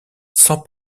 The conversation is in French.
sans